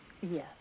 Yes